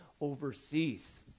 overseas